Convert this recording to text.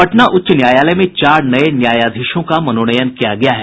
पटना उच्च न्यायालय में चार नये न्यायाधीशों का मनोनयन किया गया है